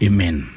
Amen